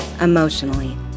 emotionally